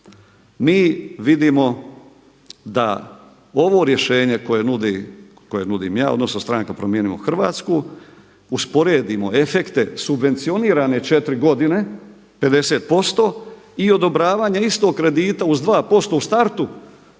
mi vidimo da ovo rješenje koje nudim ja odnosno stranka Promijenimo Hrvatsku, usporedimo efekte subvencionirane četiri godine 50% i odobravanje istog kredita uz 2% u startu